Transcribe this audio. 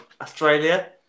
Australia